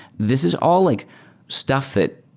this is all like stuff that